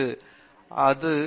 பேராசிரியர் பிரதாப் ஹரிதாஸ் சரி